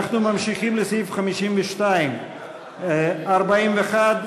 אנחנו ממשיכים לסעיף 52. הסתייגות 41,